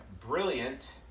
brilliant